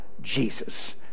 Jesus